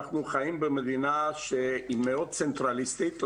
אנחנו חיים במדינה מאוד צנטרליסטית,